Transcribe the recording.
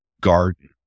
garden